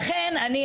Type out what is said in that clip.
לכן אני,